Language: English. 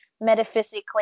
metaphysically